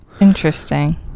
Interesting